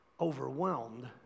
overwhelmed